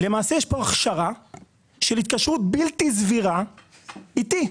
למעשה יש כאן הכשרה של התקשרות בלתי סבירה איתי.